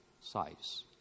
size